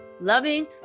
loving